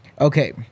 Okay